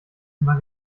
immer